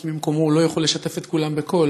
כי ממקומו הוא לא יכול לשתף את כולם בקול,